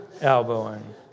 elbowing